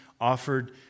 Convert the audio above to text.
offered